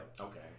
okay